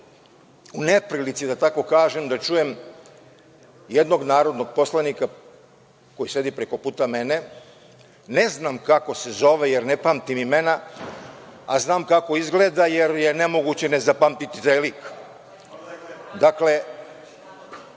u neprilici da tako kažem, da čujem jednog narodnog poslanika koji sedi preko puta mene, ne znam kako se zove, jer ne pamtim imena, a znam kako izgleda, jer je nemoguće ne zapamtiti taj lik.